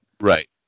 right